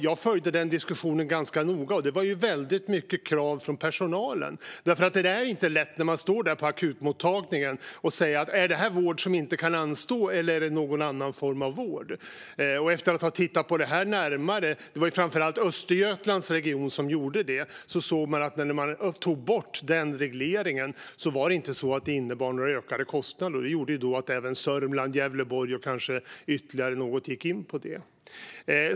Jag följde den diskussionen ganska noga, och det var i hög grad krav från personalen, för det är inte lätt när man står där på akutmottagningen och ska ta ställning till om det är vård som inte kan anstå eller någon annan form av vård. Det var framför allt Östergötlands region som tog bort regleringen, och efter att ha tittat närmare på det såg man att det inte innebar några ökade kostnader att göra det. Det gjorde att även Sörmland, Gävleborg och kanske ytterligare någon region gick in på det.